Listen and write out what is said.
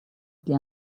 для